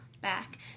back